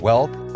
Wealth